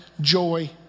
joy